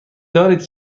دارید